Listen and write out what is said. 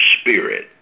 spirit